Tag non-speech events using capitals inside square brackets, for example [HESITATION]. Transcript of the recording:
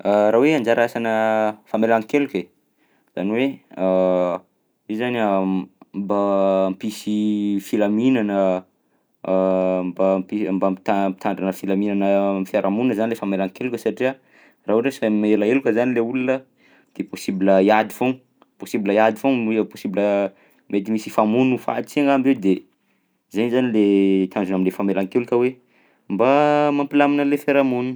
[HESITATION] Raha hoe anjara asanà famelan-keloka e, zany hoe [HESITATION] io zany a m- mba hampisy filaminana, [HESITATION] mba hampi- mba hampita- mitandrina filaminana am'fiarahamonina zany lay famelan-keloka satria raha ohatra hoe sy mahay mamela tsy heloka zany le ologna de possible hiady foagna, possible hiady fogna hoe possible mety misy hifamono ho faty tse angamba eo de zaigny zany le tanjona am'lay famelan-keloka hoe mba mampilamina an'lay fiarahamonina.